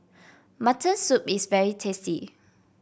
Mutton Soup is very tasty